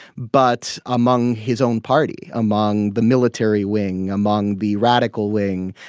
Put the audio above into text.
but among his own party, among the military wing, among the radical wing,